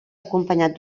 acompanyat